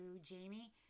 Jamie